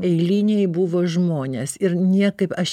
eiliniai buvo žmonės ir niekaip aš